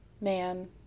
man